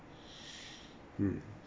mm